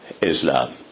Islam